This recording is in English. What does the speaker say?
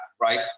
right